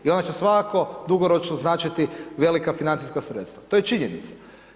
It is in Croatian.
I ona će svakako dugoročno značiti velika financijska sredstva to je činjenica.